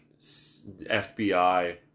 FBI